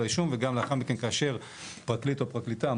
האישום וגם לאחר מכן כאשר פרקליט או פרקליטה,